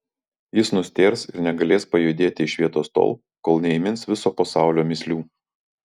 jis nustėrs ir negalės pajudėti iš vietos tol kol neįmins viso pasaulio mįslių